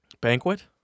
Banquet